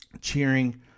cheering